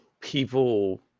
people